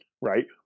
Right